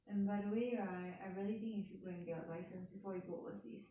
and by the way right I really think you should go and get your license before you go overseas